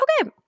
Okay